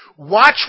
Watch